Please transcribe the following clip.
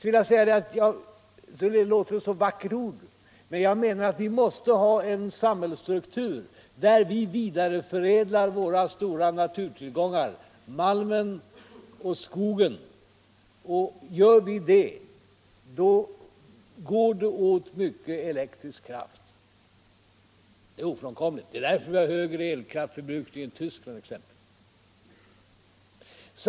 Det är ett så vackert ord. Jag menar att vi måste ha en samhällsstruktur där vi vidareförädlar våra stora naturtillgångar, malmen och skogen. Gör vi det, går det åt mycket elektrisk kraft — det är ofrånkomligt. Det är därför vi har högre elkraftsförbrukning än Tyskland exempelvis.